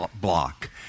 block